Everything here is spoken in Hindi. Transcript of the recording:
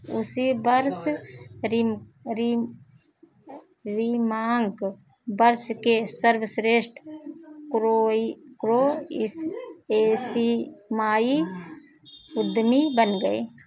उसी वर्ष रिम रिम रिमांक वर्ष के सर्वश्रेष्ठ क्रोए क्रोएशिमाई उद्यमी बन गए